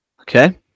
Okay